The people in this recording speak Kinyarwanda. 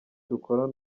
dukora